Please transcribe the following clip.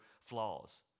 flaws